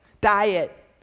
diet